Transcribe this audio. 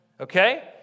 okay